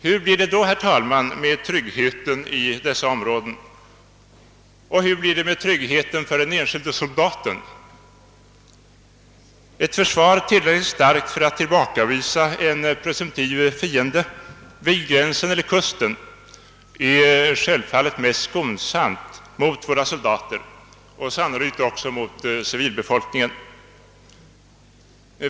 Hur blir det då, herr talman, med tryggheten i dessa områden? Och hur blir det med tryggheten för den enskilde soldaten? Ett försvar, tillräckligt starkt för att tillbakavisa en presumtiv fiende vid gränsen eller vid kusten, är självfallet mest skonsamt mot våra soldater och sannolikt även mot civilbefolkningen.